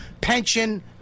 pension